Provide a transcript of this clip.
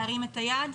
להרים את היד.